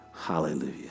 Hallelujah